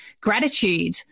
gratitude